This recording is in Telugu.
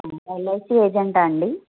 ఎల్ఐసీ ఏజెంట్ అండి